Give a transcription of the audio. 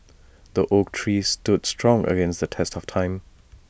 the oak tree stood strong against the test of time